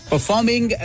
Performing